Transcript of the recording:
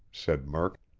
said murk.